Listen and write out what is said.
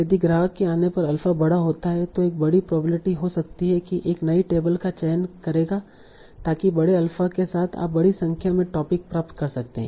यदि ग्राहक के आने पर अल्फा बड़ा होता है तो एक बड़ी प्रोबेबिलिटी हो सकती है कि एक नई टेबल का चयन करेगा ताकि बड़े अल्फा के साथ आप बड़ी संख्या में टोपिक प्राप्त कर सकते है